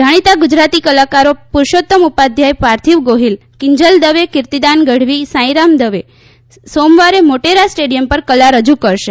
જાણીતા ગુજરાતી કલાકારો પુરૂષોત્તમ ઉપાધ્યાય પાર્થિવ ગોહિલ કિંજલ દવે કીર્તિદાન ગઢવી સાઈરામ દવે સોમવારે મોટેરા સ્ટેડિયમ પર કલા રજુ કરશે